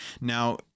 Now